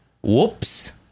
Whoops